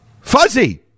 fuzzy